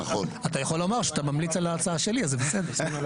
אתה יכול לומר שאתה ממליץ על ההצעה שלי, זה בסדר.